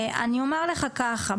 אני אומר לך ככה,